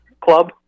club